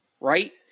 Right